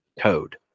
code